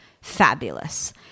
Fabulous